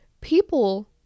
People